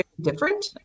different